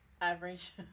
Average